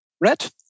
Red